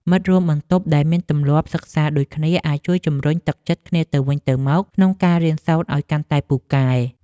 មិត្តរួមបន្ទប់ដែលមានទម្លាប់សិក្សាដូចគ្នាអាចជួយជំរុញទឹកចិត្តគ្នាទៅវិញទៅមកក្នុងការរៀនសូត្រឱ្យកាន់តែពូកែ។